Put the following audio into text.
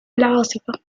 العاصفة